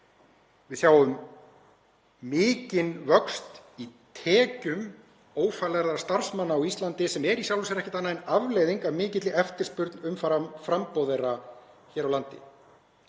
Við sjáum mikinn vöxt í tekjum ófaglærðra starfsmanna á Íslandi, sem er í sjálfu sér ekkert annað en afleiðing af mikilli eftirspurn umfram framboð þeirra hér á landi.